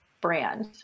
brand